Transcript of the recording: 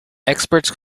experts